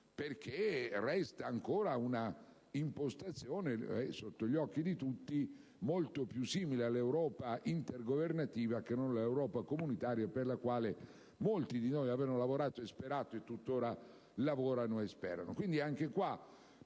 perché resta ancora un'impostazione - è sotto gli occhi di tutti - molto più simile all'Europa intergovernativa che non a quella comunitaria per la quale molti di noi avevano lavorato e sperato, e tutt'ora lavorano e sperano.